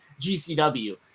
GCW